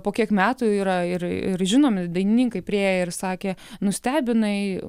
po kiek metų yra ir ir žinomi dainininkai priėję ir sakę nustebinai